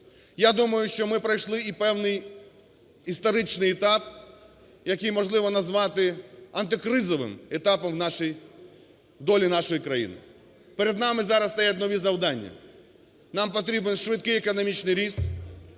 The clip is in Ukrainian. Я думаю, що ми пройшли і певний історичний етап, який можливо назвати "антикризовим етапом" в долі нашої країни. Перед нами зараз стоять нові завдання. Нам потрібен швидкий економічний ріст,